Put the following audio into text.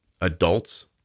adults